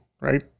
right